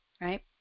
right